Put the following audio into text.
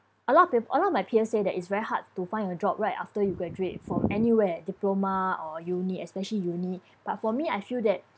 a lot pe~ a lot of my peers say that it's very hard to find a job right after you graduate from anywhere diploma or uni especially uni but for me I feel that